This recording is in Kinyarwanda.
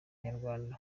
nyarwanda